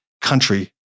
country